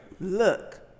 look